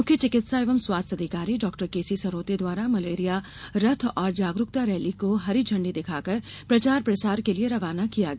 मुख्य चिकित्सा एवं स्वास्थ्य अधिकारी डॉ केसी सरोते द्वारा मलेरिया रथ और जागरुकता रैली को हरी झंडी दिखाकर प्रचार प्रसार के लिए रवाना किया गया